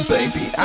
Baby